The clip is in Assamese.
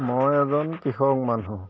মই এজন কৃষক মানুহ